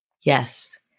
Yes